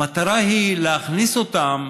המטרה היא להכניס אותם,